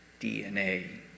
DNA